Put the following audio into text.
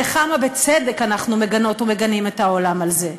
וכמה בצדק אנחנו מגנות ומגנים את העולם על זה.